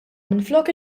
minflok